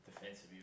defensive